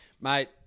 Mate